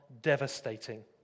devastating